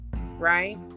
right